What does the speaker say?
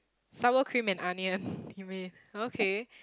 sour cream and onion you mean okay